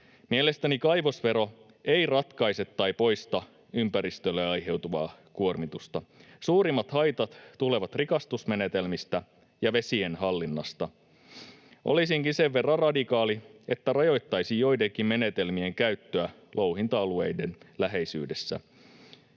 Mielestäni kaivosvero ei ratkaise tai poista ympäristölle aiheutuvaa kuormitusta. Suurimmat haitat tulevat rikastusmenetelmistä ja vesien hallinnasta. Olisinkin sen verran radikaali, että rajoittaisin joidenkin menetelmien käyttöä louhinta-alueiden läheisyydessä.